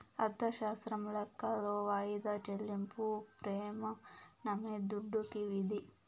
అర్ధశాస్త్రం లెక్కలో వాయిదా చెల్లింపు ప్రెమానమే దుడ్డుకి విధి